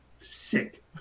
Sick